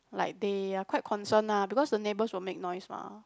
like they are quite concerned uh because the neighbours will make noise mah